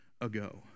ago